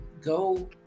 go